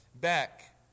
back